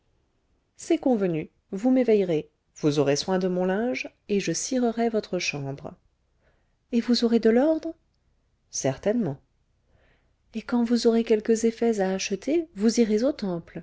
c'est convenu vous m'éveillerez vous aurez soin de mon linge et je cirerai votre chambre et vous aurez de l'ordre certainement et quand vous aurez quelques effets à acheter vous